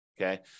okay